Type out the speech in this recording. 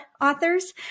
authors